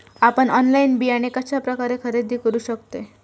आपन ऑनलाइन बियाणे कश्या प्रकारे खरेदी करू शकतय?